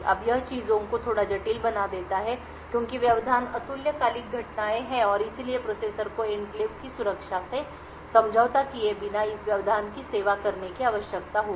अब यह चीजों को थोड़ा जटिल बना देता है क्योंकि व्यवधान अतुल्यकालिक घटनाएं हैं और इसलिए प्रोसेसर को एन्क्लेव की सुरक्षा से समझौता किए बिना इस व्यवधान की सेवा करने की आवश्यकता होगी